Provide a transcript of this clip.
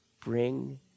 Bring